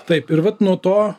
taip ir vat nuo to